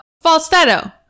falsetto